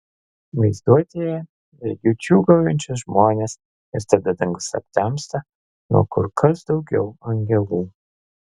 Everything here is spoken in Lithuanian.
vaizduotėje regiu džiūgaujančius žmones ir tada dangus aptemsta nuo kur kas daugiau angelų